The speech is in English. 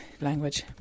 language